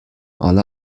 alle